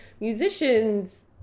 musicians